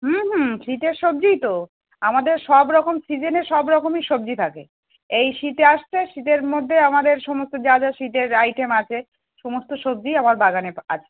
হুম হুম শীতের সবজিই তো আমাদের সব রকম সিজেনে সব রকমই সবজি থাকে এই শীতে আসতে শীতের মধ্যে আমাদের সমস্ত যা যা শীতের আইটেম আছে সমস্ত সবজিই আমার বাগানে পা আছে